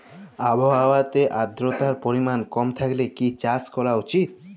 আবহাওয়াতে আদ্রতার পরিমাণ কম থাকলে কি চাষ করা উচিৎ?